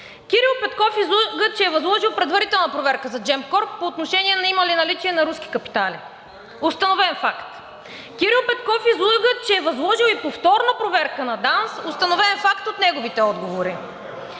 Кирил Петков излъга, че е възложил предварителна проверка за Gemcorp по отношение на има ли наличие на руски капитали. Установен факт! Кирил Петков излъга, че е възложил и повторна проверка на ДАНС – установен фактът от неговите отговори.